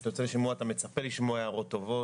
כשאתה יוצא לשימוע אתה מצפה לשמוע הערות טובות.